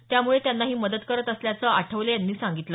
त्यामुळे त्यांना ही मदत करत असल्याचं आठवले यांनी सांगितल